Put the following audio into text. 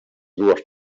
dues